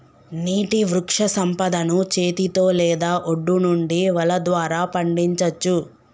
నీటి వృక్షసంపదను చేతితో లేదా ఒడ్డు నుండి వల ద్వారా పండించచ్చు